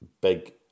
big